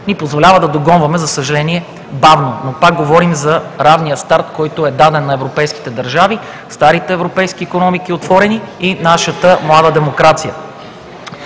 ни позволява да догонваме, за съжаление, бавно. Но пак говорим за равния старт, който е даден на европейските държави, старите отворени европейски икономики и нашата млада демокрация.